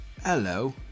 hello